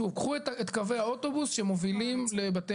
שוב קחו את קווי האוטובוס שמגיעים לבתי